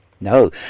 no